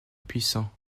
puissant